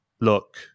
look